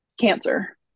Cancer